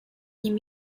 nim